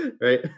right